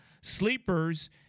sleepers